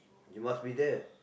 you must be there